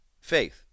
faith